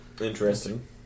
Interesting